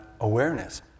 awareness